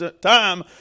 time